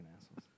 assholes